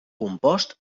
compost